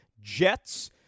Jets